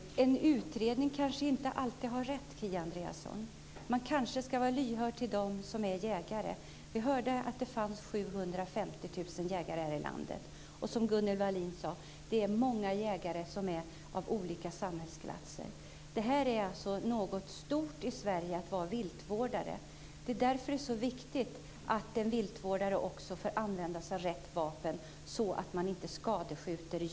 Fru talman! En utredning kanske inte alltid har rätt, Kia Andreasson. Man kanske ska vara lyhörd för jägarna. Vi hörde att det finns 750 000 jägare här i landet. Och som Gunnel Wallin sade kommer de från olika samhällsklasser. Det är alltså något stort att vara viltvårdare i Sverige. Det är därför som det är så viktigt att en viltvårdare också får använda sig av rätt vapen, så att djuren inte skadeskjuts.